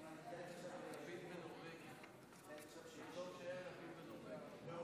להלן תוצאות ההצבעה: